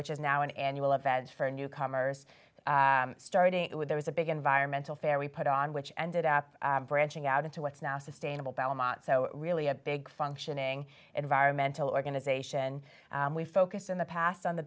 which is now an annual event for newcomers starting with there was a big environmental fair we put on which ended up branching out into what's now sustainable belmont so really a big functioning environmental organization we focused in the past on the